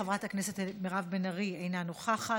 חברת הכנסת מירב בן ארי, אינה נוכחת.